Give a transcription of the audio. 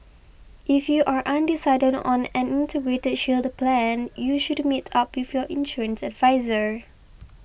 if you are undecided on an Integrated Shield Plan you should meet up with your insurance adviser